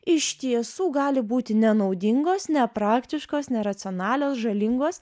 iš tiesų gali būti nenaudingos nepraktiškos neracionalios žalingos